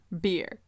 beer